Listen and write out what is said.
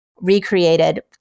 recreated